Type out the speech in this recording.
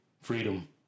freedom